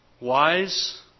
wise